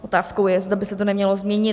Otázkou je, zda by se to nemělo změnit.